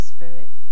Spirit